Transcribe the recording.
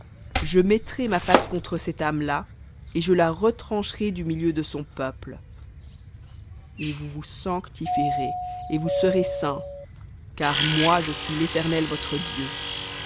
je mettrai ma face contre cette âme là et je la retrancherai du milieu de son peuple et vous vous sanctifierez et vous serez saints car moi je suis l'éternel votre dieu